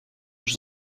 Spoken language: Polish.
już